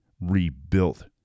rebuilt